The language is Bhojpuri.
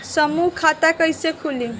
समूह खाता कैसे खुली?